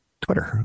Twitter